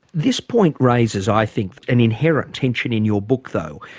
this point raises i think, an inherent tension in your book though,